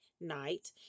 night